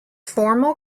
formal